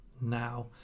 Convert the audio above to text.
now